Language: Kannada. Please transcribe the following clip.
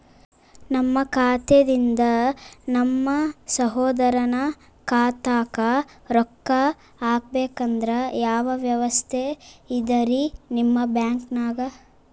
ನಮ್ಮ ಖಾತಾದಿಂದ ನಮ್ಮ ಸಹೋದರನ ಖಾತಾಕ್ಕಾ ರೊಕ್ಕಾ ಹಾಕ್ಬೇಕಂದ್ರ ಯಾವ ವ್ಯವಸ್ಥೆ ಇದರೀ ನಿಮ್ಮ ಬ್ಯಾಂಕ್ನಾಗ?